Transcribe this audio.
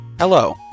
Hello